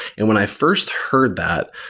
and when i first heard that,